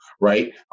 right